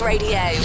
Radio